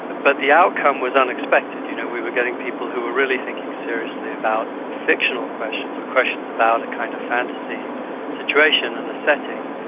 but the outcome was unexpected. you know we were getting people who were really thinking seriously about fictional questions or questions about a kind of fantasy situation and a setting,